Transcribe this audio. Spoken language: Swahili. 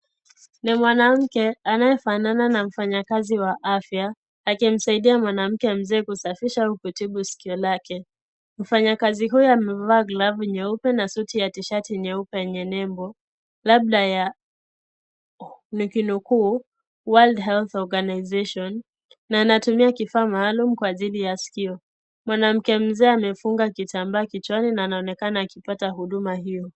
Ni mwanamke, anayefanana na mfanyakazi wa afya, akimsaidia mwanamke mzee kusafisha au kutibu sikio lake. Mfanyakazi huyu amevaa glavu nyeupe, na suti ya t-shati nyeupe yenye nembo, labda ya ni kinukuu Word Health Organisation. Na anatummia kifaa maalum kwa ajili sikio. Mwanamke mzee amefunga kitambaa kichwani, na anaonekana akipata huduma hiyo.